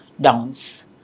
downs